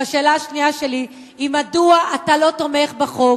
והשאלה השנייה שלי היא מדוע אתה לא תומך בחוק